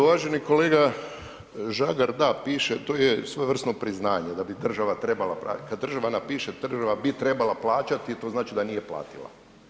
Uvaženi kolega Žagar, da piše, to je svojevrsno priznanje da bi država trebala … [[Govornik se ne razumije]] , kad država napiše država bi trebala plaćati, to znači da nije platila.